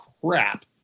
crap